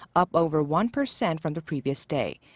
up over one percent from the previous day.